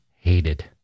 hated